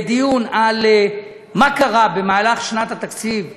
דיון במה שקרה בשנת התקציב הראשונה,